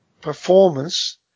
performance